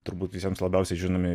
turbūt visiems labiausiai žinomi